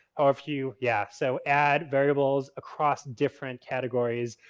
or if you yeah, so, add variables across different categories